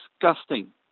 disgusting